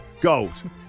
Gold